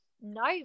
No